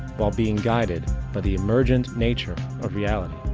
while being guided by the emergent nature of reality,